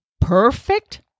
perfect